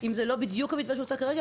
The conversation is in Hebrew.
אם זה לא בדיוק המתווה שהוצע כרגע,